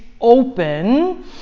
open